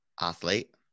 athlete